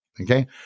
okay